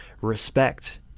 respect